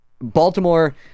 Baltimore